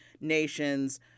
nations